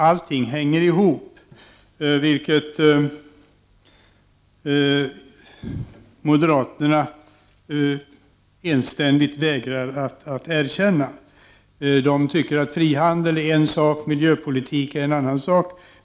Allting hänger ihop, vilket moderaterna enständigt vägrar att erkänna. De tycker att frihandel är en sak och miljöpolitik en annan sak.